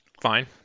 fine